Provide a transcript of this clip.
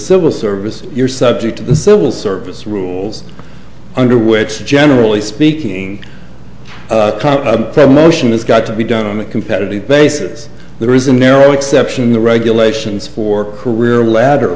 civil service you're subject to the civil service rules under which generally speaking i mention has got to be done on a competitive basis there is a narrow exception in the regulations for career ladder